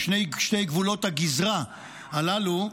שני גבולות הגזרה הללו.